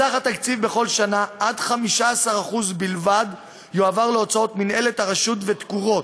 מסך התקציב בכל שנה עד 15% בלבד יועברו להוצאות מינהלת הרשות ותקורות,